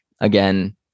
again